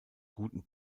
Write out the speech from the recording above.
guten